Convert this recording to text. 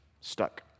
Stuck